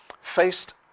faced